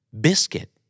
Biscuit